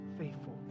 faithful